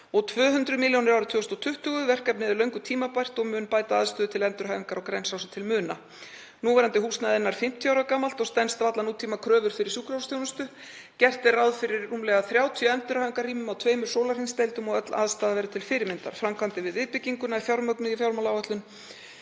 og 200 milljónir árið 2020. Verkefnið er löngu tímabært og mun bæta aðstöðu til endurhæfingar á Grensási til muna. Núverandi húsnæði er nær 50 ára gamalt og stenst varla nútímakröfur fyrir sjúkrahúsþjónustu. Gert er ráð fyrir rúmlega 30 endurhæfingarrýmum á tveimur sólarhringsdeildum og öll aðstaða verður til fyrirmyndar. Framkvæmdir við viðbygginguna eru fjármagnaðar í fjármálaáætlun